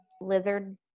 lizard